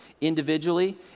Individually